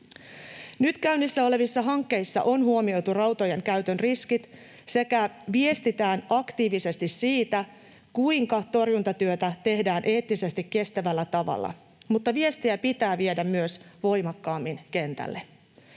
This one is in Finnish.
Nyt käynnissä olevissa hankkeissa on huomioitu rautojen käytön riskit sekä viestitään aktiivisesti siitä, kuinka torjuntatyötä tehdään eettisesti kestävällä tavalla, mutta viestiä pitää viedä voimakkaammin myös kentälle.